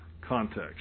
context